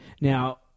Now